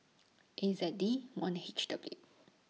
A Z D one H W